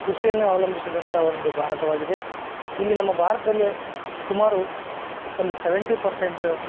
ಕೃಷಿಯನ್ನು ಅವಲಂಬಿಸಿದಂತ ಒಂದು ಭಾರತವಾಗಿದೆ ಇಲ್ಲಿ ನಮ್ಮ ಭಾರತದಲ್ಲೆ ಸುಮಾರು ಒಂದು ಸೆವೆಂಟಿ ಪರ್ಸೆಂಟ್